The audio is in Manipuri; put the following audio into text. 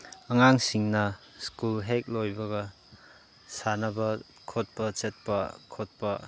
ꯑꯉꯥꯡꯁꯤꯡꯅ ꯁ꯭ꯀꯨꯜ ꯍꯦꯛ ꯂꯣꯏꯕꯒ ꯁꯥꯟꯅꯕ ꯈꯣꯠꯄ ꯆꯠꯄ ꯈꯣꯠꯄ